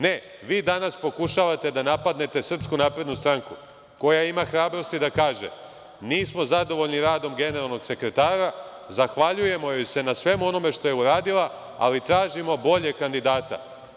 Ne, vi danas pokušavate da napadnete SNS, koja ima hrabrosti da kaže – nismo zadovoljni radom generalnog sekretara, zahvaljujemo joj na svemu onome što je uradila, ali tražimo boljeg kandidata.